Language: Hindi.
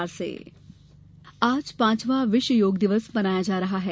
विश्व योग दिवस आज पांचवा विश्व योग दिवस मनाया जा रहा है